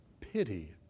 pity